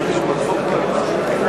כמובן.